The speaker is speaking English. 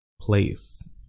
place